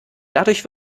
dadurch